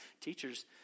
Teachers